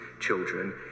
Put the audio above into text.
children